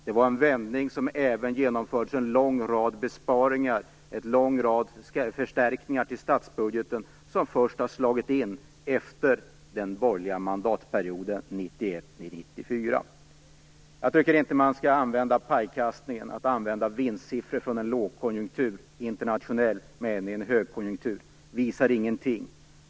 Det var en vändning under vilken det även genomfördes en lång rad besparingar och förstärkningar av statsbudgeten som fått genomslag först efter den borgerliga mandatperioden 1991-1994. Man ska inte ha pajkastning genom att jämföra vinstsiffror från en internationell lågkonjunktur med siffror från en högkonjunktur. Det visar ingenting.